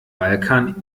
balkan